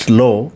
law